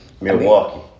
Milwaukee